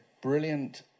brilliant